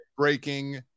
breaking